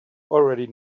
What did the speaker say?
already